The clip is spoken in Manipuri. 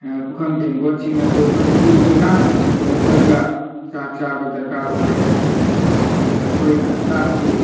ꯄꯨꯈꯝ ꯇꯦꯡꯀꯣꯠꯁꯤꯡ ꯑꯗꯨ ꯑꯩꯈꯣꯏꯅ ꯂꯨꯅ ꯅꯥꯟꯅ ꯁꯦꯡꯗꯣꯛꯂꯒ ꯆꯥꯛ ꯆꯥꯕ ꯗꯔꯀꯥꯔ ꯑꯣꯏ ꯑꯗꯨꯒ ꯑꯩꯈꯣꯏꯅ ꯆꯥꯛꯁꯤ